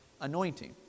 anointing